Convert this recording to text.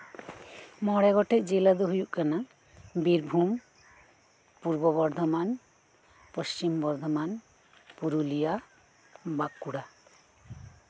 ᱢᱚᱬᱮ ᱜᱚᱴᱮᱡ ᱡᱮᱞᱟ ᱫᱚ ᱦᱩᱭᱩᱜ ᱠᱟᱱᱟ ᱵᱤᱨᱵᱷᱩᱢ ᱯᱩᱨᱵᱚ ᱵᱚᱨᱫᱷᱚᱢᱟᱱ ᱯᱚᱥᱪᱤᱢ ᱵᱚᱨᱫᱷᱚᱢᱟᱱ ᱯᱩᱨᱩᱞᱤᱭᱟ ᱵᱟᱸᱠᱩᱲᱟ